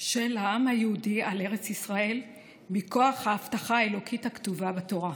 של העם היהודי על ארץ ישראל מכוח ההבטחה האלוקית הכתובה בתורה.